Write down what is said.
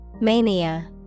Mania